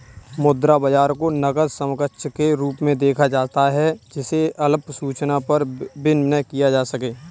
मुद्रा बाजार को नकद समकक्ष के रूप में देखा जाता है जिसे अल्प सूचना पर विनिमेय किया जा सके